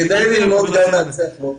כדאי ללמוד גם מהצלחות.